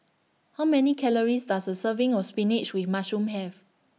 How Many Calories Does A Serving of Spinach with Mushroom Have